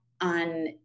on